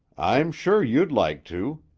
i'm sure you'd like to.